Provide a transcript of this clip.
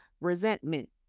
resentment